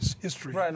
history